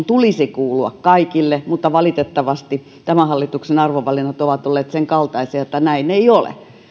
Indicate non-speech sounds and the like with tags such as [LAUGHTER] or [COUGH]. [UNINTELLIGIBLE] tulisi kuulua kaikille niin valitettavasti tämän hallituksen arvovalinnat ovat olleet senkaltaisia että näin ei ole